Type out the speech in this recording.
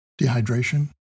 dehydration